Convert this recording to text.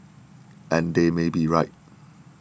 and they may be right